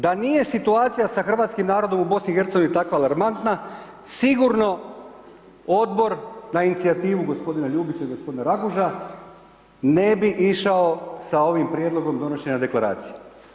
Da nije situacija sa hrvatskim narodom u BiH tako alarmantna, sigurno Odbor, na inicijativu gospodina Ljubića i gospodina Raguža, ne bi išao sa ovim prijedlogom donošenja Deklaracije.